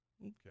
Okay